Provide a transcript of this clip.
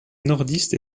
nordiste